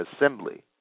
assembly